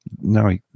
No